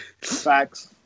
Facts